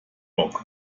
bock